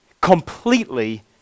completely